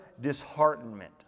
disheartenment